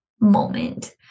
moment